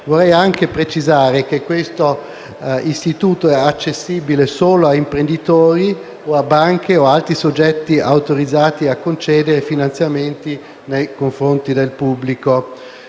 Vorrei precisare che tale istituito è accessibile solo a imprenditori, banche o altri soggetti autorizzati a concedere finanziamenti al pubblico